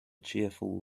cheerful